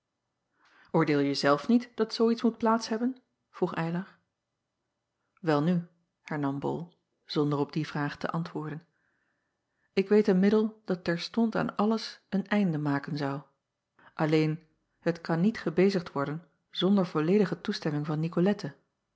ordeelje zelf niet dat zoo iets moet plaats hebben vroeg ylar elnu hernam ol zonder op die vraag te antwoorden ik weet een middel dat terstond aan alles een einde maken zou alleen het kan niet gebezigd worden zonder volledige toestemming van icolette